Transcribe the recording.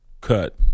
cut